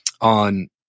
on